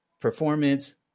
performance